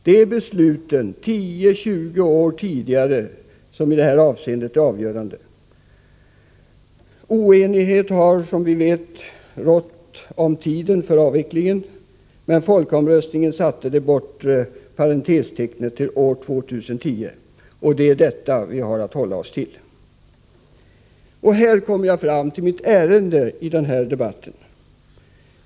Det är besluten 10-20 år tidigare som är avgörande. Oenighet har rått om tiden för avvecklingen, men folkomröstningen satte det bortre parentestecknet till år 2010. Det är detta vi har att hålla oss till. Här kommer jag fram till mitt ärende i denna debatt.